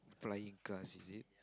flying cars is it